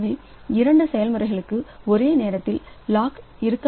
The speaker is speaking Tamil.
எனவே இரண்டு செயல்முறைகளுக்கு ஒரே நேரத்தில் லாக் இருக்க முடியாது